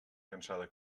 cansada